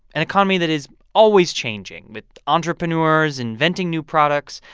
an economy that is always changing, with entrepreneurs inventing new products,